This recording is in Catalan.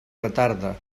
retarda